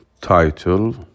title